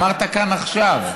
אמרת כאן עכשיו.